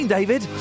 David